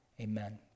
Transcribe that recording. amen